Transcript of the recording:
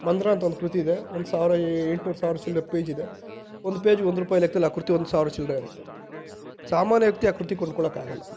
ಮಂದ್ರ ಅಂತ ಒಂದು ಕೃತಿ ಇದೆ ಒಂದು ಸಾವಿರ ಎಂಟ್ನೂರು ಸಾವಿರ ಚಿಲ್ಲರೆ ಪೇಜ್ ಇದೆ ಒಂದು ಪೇಜ್ಗೆ ಒಂದು ರೂಪಾಯಿ ಲೆಕ್ಕದಲ್ಲಿ ಆ ಕೃತಿ ಒಂದು ಸಾವಿರ ಚಿಲ್ಲರೆ ಆಗುತ್ತೆ ಸಾಮಾನ್ಯ ವ್ಯಕ್ತಿ ಆ ಕೃತಿ ಕೊಂಡ್ಕೊಳ್ಳೋಕೆ ಆಗಲ್ಲ